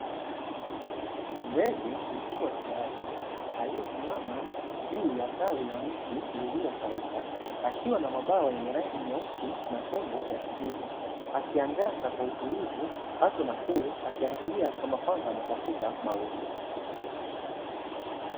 Ndege mkubwa kiasi aliyesimama juu ya tawi la mti lililokauka, akiwa na mabawa yenye rangi nyeusi na tumbo ya kijivu, akiangaza kwa utulivu huku na kule akiangalia kama kwamba anatafuta mawindo.